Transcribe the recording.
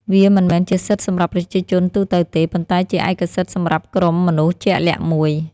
វាមិនមែនជាសិទ្ធិសម្រាប់ប្រជាជនទូទៅទេ ប៉ុន្តែជាឯកសិទ្ធិសម្រាប់ក្រុមមនុស្សជាក់លាក់មួយ។